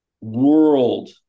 world